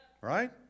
Right